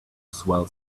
swell